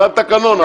זה התקנון.